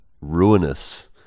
ruinous